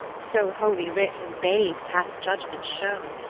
so holy writ in babes hath judgment shown,